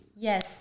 Yes